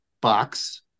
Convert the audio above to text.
box